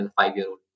five-year-old